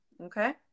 Okay